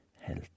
health